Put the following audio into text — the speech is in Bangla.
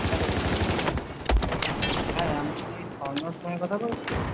হ্যালো হ্যাঁ আমি কি স্বর্ণর সঙ্গে কথা বলছি